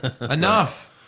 Enough